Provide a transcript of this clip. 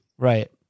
Right